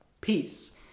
peace